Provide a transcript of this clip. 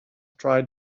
tried